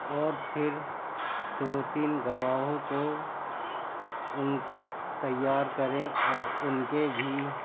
اور پھر دو تین گواہوں کو ان کو تیار کریں اور ان کے بھی